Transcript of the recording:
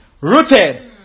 rooted